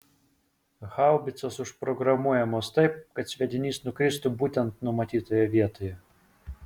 haubicos užprogramuojamos taip kad sviedinys nukristų būtent numatytoje vietoje